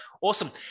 Awesome